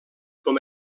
com